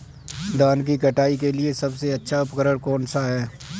धान की कटाई के लिए सबसे अच्छा उपकरण कौन सा है?